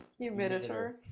Humiditor